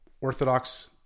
Orthodox